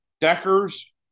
Deckers